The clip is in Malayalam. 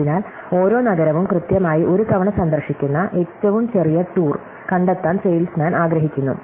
അതിനാൽ ഓരോ നഗരവും കൃത്യമായി ഒരു തവണ സന്ദർശിക്കുന്ന ഏറ്റവും ചെറിയ ടൂർ കണ്ടെത്താൻ സെയിൽസ്മാൻ ആഗ്രഹിക്കുന്നു